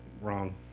wrong